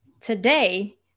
Today